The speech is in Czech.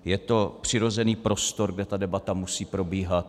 Je to přirozený prostor, kde debata musí probíhat.